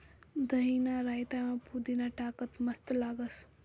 दहीना रायतामा पुदीना टाका मस्त लागस